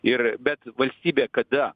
ir bet valstybė kada